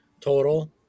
total